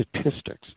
statistics